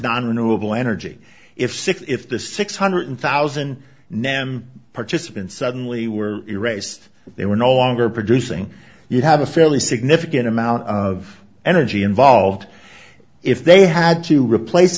renewable energy if six if the six hundred thousand nam participants suddenly were erased they were no longer producing you'd have a fairly significant amount of energy involved if they had to replace